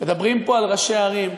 מדברים פה על ראשי הערים.